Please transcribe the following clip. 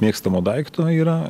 mėgstamo daikto yra